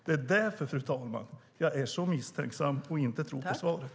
Det är därför, fru talman, jag är misstänksam och inte tror på svaret.